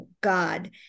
God